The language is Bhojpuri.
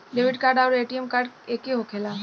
डेबिट कार्ड आउर ए.टी.एम कार्ड एके होखेला?